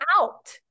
out